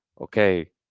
okay